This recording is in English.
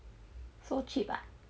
so cheap ah